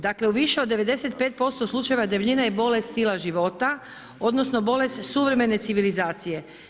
Dakle u više od 95% slučajeva debljina je bolest stila života odnosno bolest suvremene civilizacije.